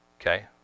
okay